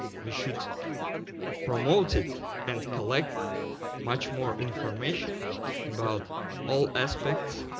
we should promote it and collect much more information about all aspects